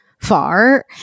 far